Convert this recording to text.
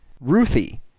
Ruthie